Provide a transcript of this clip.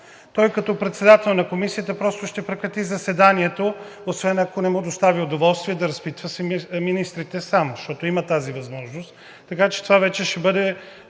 Като председател на комисията той просто ще прекрати заседанието, освен ако не му доставя удоволствие да разпитва министрите сам, защото има тази възможност. Това решение вече ще бъде